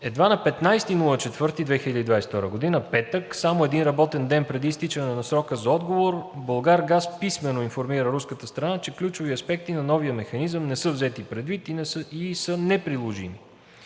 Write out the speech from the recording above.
Едва на 15 април 2022 г., петък, само един работен ден преди изтичане на срока за отговор, „Булгаргаз“ писмено информира руската страна, че ключови аспекти на новия механизъм не са взети предвид и са неприложими.